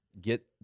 get